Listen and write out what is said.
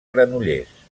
granollers